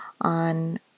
on